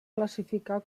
classificar